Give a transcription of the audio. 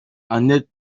annette